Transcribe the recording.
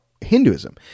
Hinduism